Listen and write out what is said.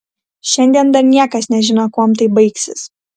šiandien dar niekas nežino kuom tai baigsis